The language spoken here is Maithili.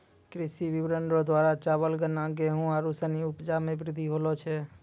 कृषि विपणन रो द्वारा चावल, गन्ना, गेहू आरू सनी उपजा मे वृद्धि हुवै छै